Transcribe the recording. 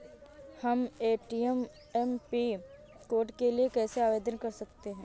हम ATM pin code के लिए कैसे आवेदन कर सकते हैं?